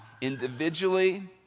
individually